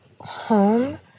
home